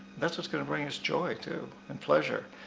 that's what's gonna bring us joy too, and pleasure.